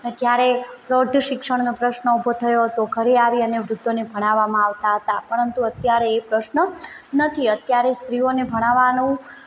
જ્યારે પ્રૌઢ શિક્ષણનો પ્રશ્ન ઊભો થયો હતો ઘરે આવીને વૃદ્ધોને ભણાવવામાં આવતા હતા પરંતુ અત્યારે એ પ્રશ્ન નથી અત્યારે સ્ત્રીઓને ભણાવવાનું